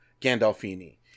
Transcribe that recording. Gandolfini